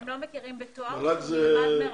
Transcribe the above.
הם לא מכירים בתואר שנלמד מרחוק.